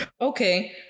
Okay